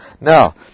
Now